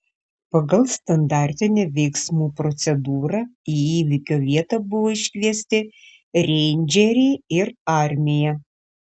pagal standartinę veiksmų procedūrą į įvykio vietą buvo iškviesti reindžeriai ir armija